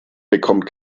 bekommt